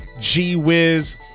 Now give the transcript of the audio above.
G-Wiz